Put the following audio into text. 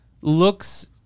looks